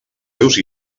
seus